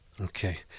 Okay